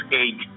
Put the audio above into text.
eight